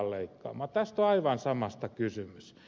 tässä on aivan samasta kysymys